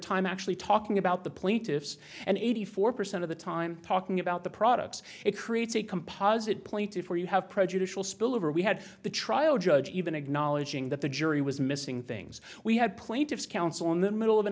time actually talking about the plaintiffs and eighty four percent of the time talking about the products it creates a composite plaintiff where you have prejudicial spillover we had the trial judge even acknowledging that the jury was missing things we had plaintiffs counsel in the middle of an